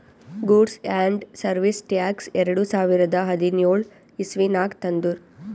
goods and service tax ಎರಡು ಸಾವಿರದ ಹದಿನ್ಯೋಳ್ ಇಸವಿನಾಗ್ ತಂದುರ್